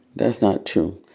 that's not true.